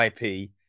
IP